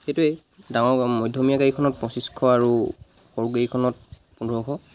সেইটোৱে ডাঙৰ মধ্যমীয়া গাড়ীখনত পঁচিছশ আৰু সৰু গাড়ীখনত পোন্ধৰশ